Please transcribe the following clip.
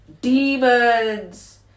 demons